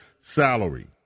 salary